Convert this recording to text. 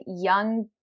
young